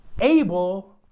Abel